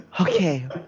Okay